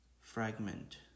fragment